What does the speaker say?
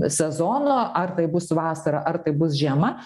sezono ar tai bus vasara ar tai bus žiema